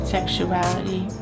Sexuality